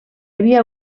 havia